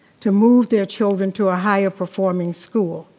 to move their children to a higher performing school.